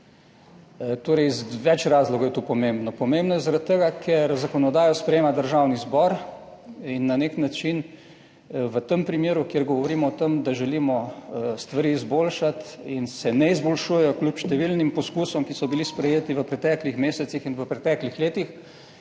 Torej iz več razlogov je to pomembno. Pomembno je zaradi tega, ker zakonodajo sprejema Državni zbor in na nek način v tem primeru, kjer govorimo o tem, da želimo stvari izboljšati in se ne izboljšujejo, kljub številnim poskusom, ki so bili sprejeti v preteklih mesecih in v preteklih letih,